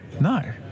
No